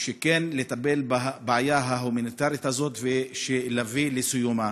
לטפל בבעיה ההומניטרית הזאת ולהביא לסיומה.